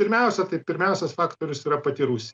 pirmiausia tai pirmiausias faktorius yra pati rusija